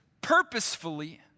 purposefully